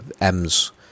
M's